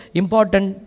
important